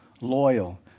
loyal